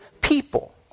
people